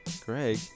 greg